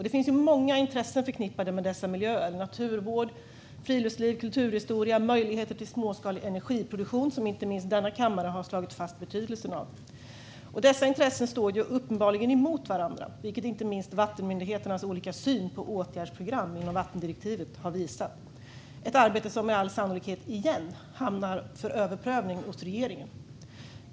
Det finns många intressen förknippade med dessa miljöer: naturvård, friluftsliv, kulturhistoria och möjligheter till småskalig energiproduktion, som inte minst denna kammare har slagit fast betydelsen av. Dessa intressen står uppenbarligen emot varandra, vilket inte minst vattenmyndigheternas olika syn på åtgärdsprogram inom vattendirektivet har visat - ett arbete som med all sannolikhet återigen hamnar hos regeringen för överprövning.